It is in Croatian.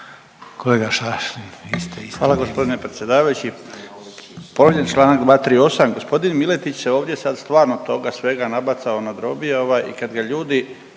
Hvala gospodine predsjedavajući.